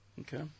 Okay